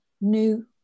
new